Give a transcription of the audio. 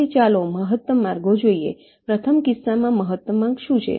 હવે ચાલો મહત્તમ માર્ગો જોઈએ પ્રથમ કિસ્સામાં મહત્તમ માર્ગ શું છે